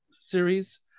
series